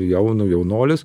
jaunu jaunuolis